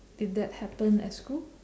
did that happen at school